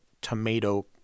tomato